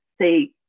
say